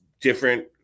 different